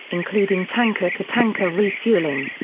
including tanker to tanker refuelling.